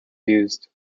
used